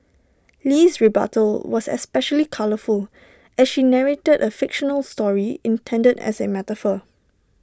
Lee's rebuttal was especially colourful as she narrated A fictional story intended as A metaphor